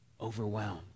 overwhelmed